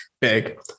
big